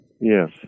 Yes